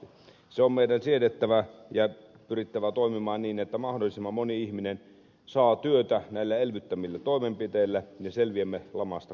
se on meidän siedettävä ja on pyrittävä toimimaan niin että mahdollisimman moni ihminen saa työtä näillä elvyttävillä toimenpiteillä ja selviämme lamasta kunnialla